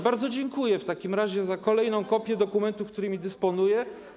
Bardzo dziękuję w takim razie za kolejną kopię dokumentów, którymi teraz dysponuję.